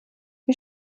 die